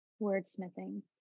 wordsmithing